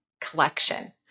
collection